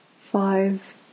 five